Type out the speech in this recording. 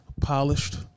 Polished